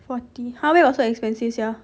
forty !huh! where got so expensive sia